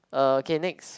uh okay next